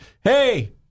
hey